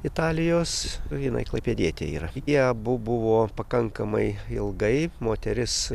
italijos jinai klaipėdietė yra jie abu buvo pakankamai ilgai moteris